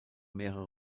mehrere